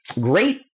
great